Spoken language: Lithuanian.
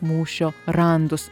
mūšio randus